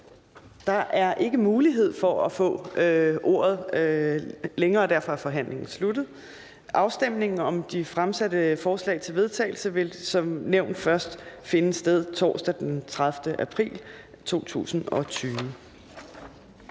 Der er ikke længere mulighed for at få ordet, og derfor er forhandlingen sluttet. Afstemningen om de fremsatte forslag til vedtagelse vil som nævnt først finde sted torsdag den 30. april 2020.